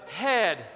head